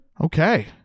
okay